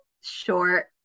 short